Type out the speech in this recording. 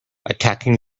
attacking